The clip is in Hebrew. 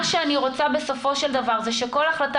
מה שאני רוצה בסופו של דבר זה שכל החלטה